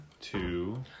two